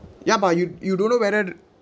ya but you you don't know whether